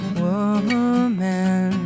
woman